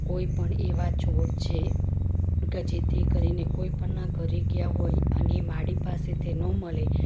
કોઈપણ એવા છોડ જે જેથી કરીને કોઈપણના ઘરે ગયા હોય અને એ મારી પાસે તે ન મળે